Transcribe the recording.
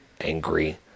angry